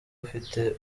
ufite